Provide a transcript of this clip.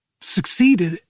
succeeded